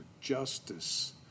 justice